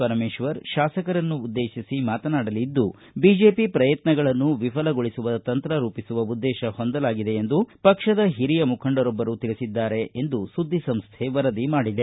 ಪರಮೇಶ್ವರ ಶಾಸಕರನ್ನು ಉದ್ದೇಶಿಸಿ ಮಾತನಾಡಲಿದ್ದು ಐಜೆಪಿ ಪ್ರಯತ್ನಗಳನ್ನು ವಿಫಲಗೊಳಿಸಲು ತಂತ್ರ ರೂಪಿಸುವ ಉದ್ದೇಶ ಹೊಂದಲಾಗಿದೆ ಎಂದು ಪಕ್ಷದ ಹಿರಿಯ ಮುಖಂಡರೊಬ್ಬರು ತಿಳಿಸಿದ್ದಾರೆ ಎಂದು ಸುದ್ದಿ ಸಂಸ್ಟೆ ವರದಿ ಮಾಡಿದೆ